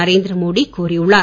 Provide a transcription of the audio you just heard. நரேந்திர மோடி கூறியுள்ளார்